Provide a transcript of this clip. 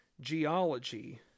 geology